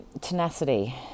tenacity